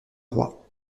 roi